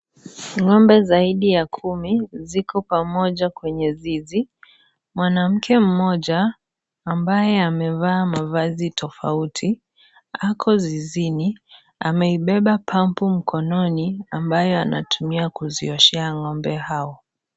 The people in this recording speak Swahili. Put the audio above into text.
Ng'ombe zaidi ya kumi ziko pamoja kwenye Zizi, mwanamke mmoja ambaye amevaa mavazi tofauti ako zizini amebeba pampu mkononi ambayo anatumia kuzioshea ng'ombe hao.